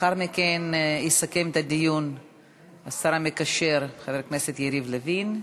לאחר מכן יסכם את הדיון השר המקשר חבר הכנסת יריב לוין,